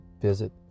visit